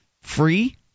Free